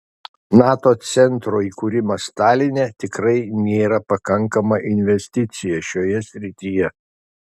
nato centro įkūrimas taline tikrai nėra pakankama investicija šioje srityje